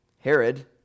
Herod